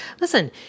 Listen